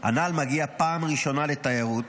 הנ"ל מגיע פעם ראשונה לתיירות